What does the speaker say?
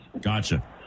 Gotcha